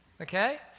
Okay